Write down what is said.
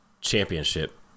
championship